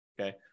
okay